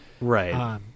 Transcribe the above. Right